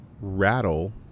rattle